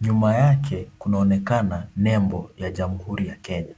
Nyuma yake kunaonekana nembo ya Jamhuri ya Kenya.